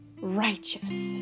righteous